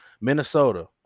Minnesota